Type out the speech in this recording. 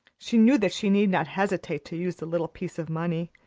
she knew that she need not hesitate to use the little piece of money.